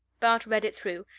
bart read it through,